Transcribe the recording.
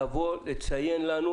לבוא לציין לנו